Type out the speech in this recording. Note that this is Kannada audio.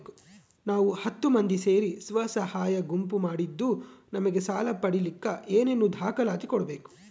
ನಾವು ಹತ್ತು ಮಂದಿ ಸೇರಿ ಸ್ವಸಹಾಯ ಗುಂಪು ಮಾಡಿದ್ದೂ ನಮಗೆ ಸಾಲ ಪಡೇಲಿಕ್ಕ ಏನೇನು ದಾಖಲಾತಿ ಕೊಡ್ಬೇಕು?